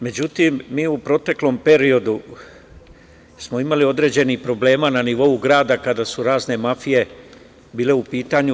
Međutim, mi u proteklom periodu smo imali određenih problema na nivou grada, kada su razne mafije bile u pitanju.